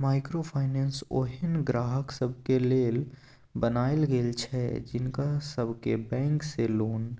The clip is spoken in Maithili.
माइक्रो फाइनेंस ओहेन ग्राहक सबके लेल बनायल गेल छै जिनका सबके बैंक से लोन